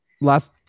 last